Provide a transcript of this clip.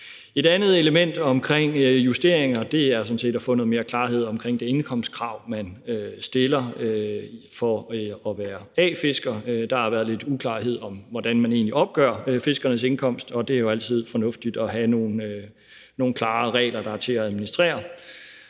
Et andet element omkring justeringer er sådan set at få noget mere klarhed omkring det indkomstkrav, man stiller for at være A-fisker. Der har været lidt uklarhed om, hvordan man egentlig opgør fiskernes indkomst, og det er jo altid fornuftigt at have nogle klare regler, der er til at administrere.